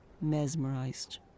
mesmerized